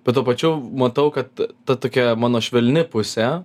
bet tuo pačiu matau kad ta tokia mano švelni pusė